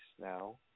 now